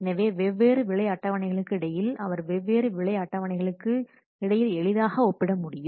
எனவே வெவ்வேறு விலை அட்டவணைகளுக்கு இடையில் அவர் வெவ்வேறு விலை அட்டவணைகளுக்கு இடையில் எளிதாக ஒப்பிட முடியும்